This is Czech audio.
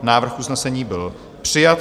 Návrh usnesení byl přijat.